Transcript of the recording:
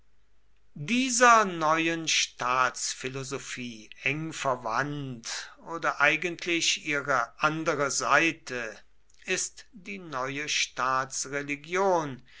dieser neuen staatsphilosophie eng verwandt oder eigentlich ihre andere seite ist die neue staatsreligion